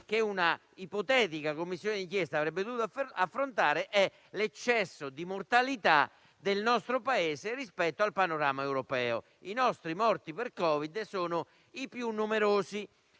che una ipotetica Commissione d'inchiesta avrebbe dovuto affrontare è l'eccesso di mortalità nel nostro Paese rispetto al panorama europeo: i nostri morti per Covid sono i più numerosi.